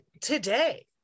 today